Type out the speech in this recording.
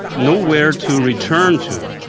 nowhere to return to.